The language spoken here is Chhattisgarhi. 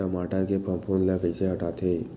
टमाटर के फफूंद ल कइसे हटाथे?